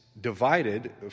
divided